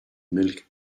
milk